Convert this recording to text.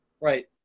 Right